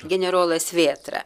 generolas vėtra